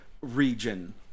region